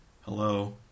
Hello